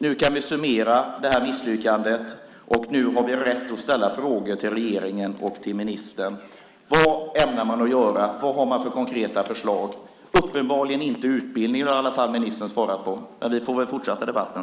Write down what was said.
Nu kan vi summera detta misslyckande. Nu har vi rätt att ställa frågor till regeringen och till ministern. Vad ämnar man göra? Vad har man för konkreta förslag? Uppenbarligen inte utbildning. Det har i alla fall ministern svarat på. Vi får väl fortsätta debatten.